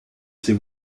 ses